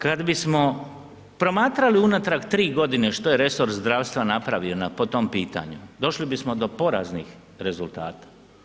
Kada bismo promatrali unatrag tri godine što je resor zdravstva napravio po tom pitanju došli bismo do poraznih rezultata.